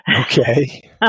Okay